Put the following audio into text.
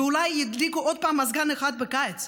ואולי ידליקו עוד פעם מזגן אחד בקיץ.